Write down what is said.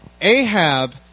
Ahab